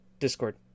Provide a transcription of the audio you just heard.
Discord